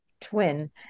twin